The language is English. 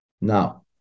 Now